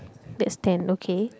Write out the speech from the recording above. that's ten okay